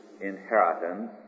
inheritance